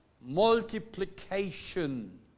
multiplication